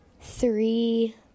three